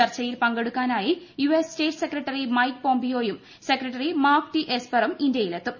ചർച്ചയിൽ പങ്കെടുക്കാനായി US state secretary Mike പോംപിയോയും സെക്രട്ടറി മാർക്ക് ടി എസ്പറും ഇന്ത്യയിൽ എത്തും